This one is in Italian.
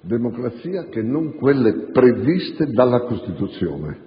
democrazia che non quelle previste dalla Costituzione.